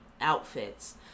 outfits